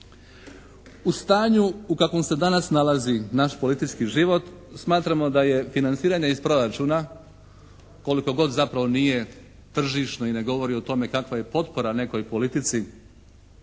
U stanju u kakvom se danas nalazi naš politički život smatramo da je financiranje iz proračuna koliko god zapravo nije tržišno i ne govori o tome kakva je potpora nekoj politici